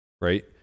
right